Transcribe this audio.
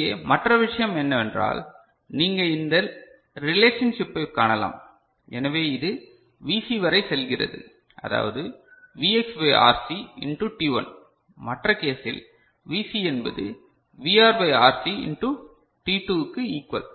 இங்கே மற்ற விஷயம் என்னவென்றால் நீங்கள் இந்த ரிலேஷன்ஷிப்பைக் காணலாம் எனவே இது Vc வரை செல்கிறது அதாவது Vx by Rc into t1 மற்ற கேசில் Vc என்பது VR பை RC இண்டு t2க்கு ஈகுவல்